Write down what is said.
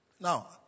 Now